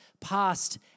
past